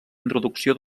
introducció